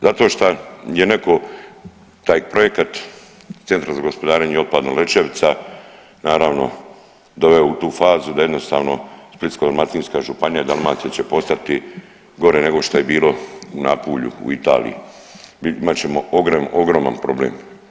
Zato što je neko taj projekata Centar za gospodarenje otpadom Lećevica naravno doveo u tu fazu da jednostavno Splitsko-dalmatinska županija Dalmacija će postati gore nego što je bilo u Napulju u Italiji, imat ćemo ogroman problem.